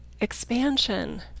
expansion